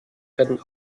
werden